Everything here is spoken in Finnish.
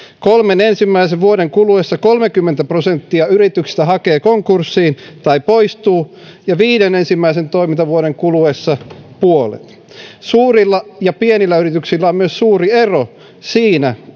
kolmen ensimmäisen vuoden kuluessa kolmekymmentä prosenttia yrityksistä hakee konkurssiin tai poistuu ja viiden ensimmäisen toimintavuoden kuluessa puolet suurilla ja pienillä yrityksillä on myös suuri ero siinä